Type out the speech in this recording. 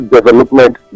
Development